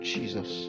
Jesus